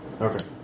Okay